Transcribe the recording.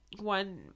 one